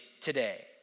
today